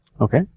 Okay